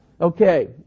Okay